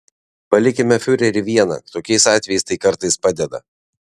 palikime fiurerį vieną tokiais atvejais tai kartais padeda